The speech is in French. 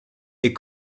est